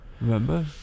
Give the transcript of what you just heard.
remember